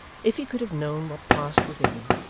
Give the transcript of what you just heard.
if he could have known what passed within,